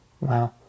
Wow